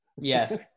Yes